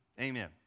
Amen